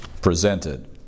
presented